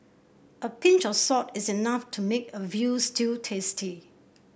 a pinch of salt is enough to make a veal stew tasty